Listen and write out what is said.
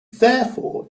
therefore